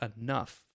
enough